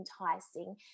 enticing